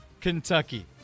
Kentucky